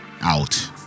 out